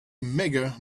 mega